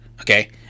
Okay